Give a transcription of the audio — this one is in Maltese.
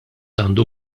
għandu